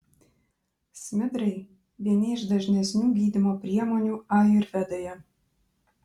smidrai vieni iš dažnesnių gydymo priemonių ajurvedoje